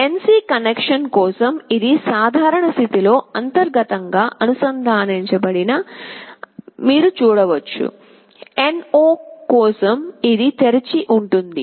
NC connection కోసం ఇది సాధారణ స్థితిలో అంతర్గతంగా అనుసంధానించబడిందని అని మీరు చూడవచ్చు NO కోసం ఇది తెరిచి ఉంటుంది